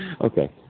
Okay